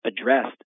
addressed